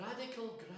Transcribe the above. Radical